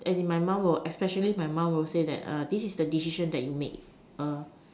as in my mum especially my mum will say that this is the decision that you make